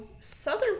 southern